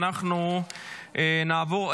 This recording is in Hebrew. אנחנו נעבור,